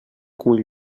cul